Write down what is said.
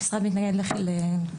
המשרד מתנגד ל-לחלופין.